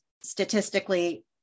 statistically